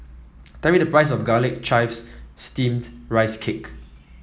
tell me the price of Garlic Chives Steamed Rice Cake